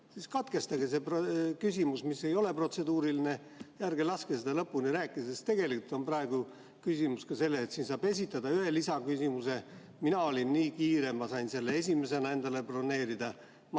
siis katkestage see küsimus, mis ei ole protseduuriline ja ärge laske lõpuni rääkida, sest tegelikult on praegu küsimus ka selles, et siin saab esitada ühe lisaküsimuse. Mina olin nii kiire, et ma sain selle esimesena endale broneerida. Mart